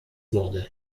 wurde